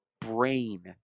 brain